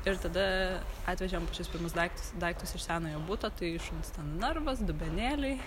ir tada atvežėm pačius pirmus daiktus daiktus iš senojo buto tai šuns ten narvas dubenėliai